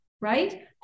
right